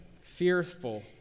Fearful